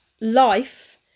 life